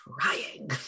trying